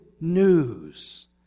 news